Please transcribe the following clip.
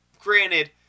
granted